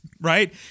right